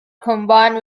combined